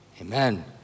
amen